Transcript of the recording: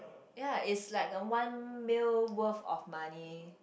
ya it's like a one meal worth of money